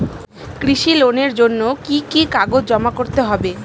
কৃষি লোনের জন্য কি কি কাগজ জমা করতে হবে?